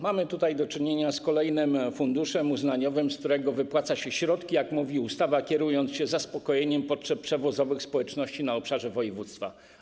Mamy do czynienia z kolejnym funduszem uznaniowym, z którego wypłaca się środki, jak mówi ustawa, kierując się zaspokojeniem potrzeb przewozowych społeczności na obszarze województwa.